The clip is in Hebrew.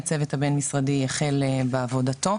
הצוות הבין משרדי החל בעבודתו.